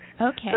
Okay